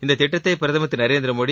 இந்த திட்டத்தை பிரதமர் திரு நரேந்திர மோடி